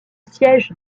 siège